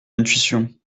intuition